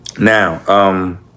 Now